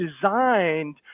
designed